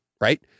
Right